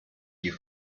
die